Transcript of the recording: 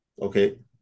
Okay